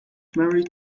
married